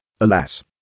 Alas